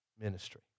ministry